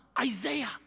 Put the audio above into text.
Isaiah